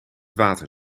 water